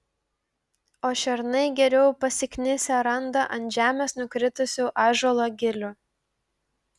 o šernai geriau pasiknisę randa ant žemės nukritusių ąžuolo gilių